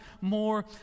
more